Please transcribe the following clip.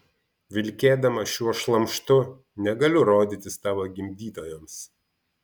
vilkėdama šiuo šlamštu negaliu rodytis tavo gimdytojams